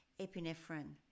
epinephrine